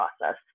process